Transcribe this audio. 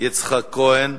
יצחק כהן,